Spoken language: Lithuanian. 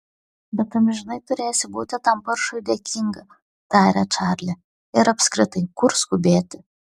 bet amžinai turėsi būti tam paršui dėkinga tarė čarli ir apskritai kur skubėti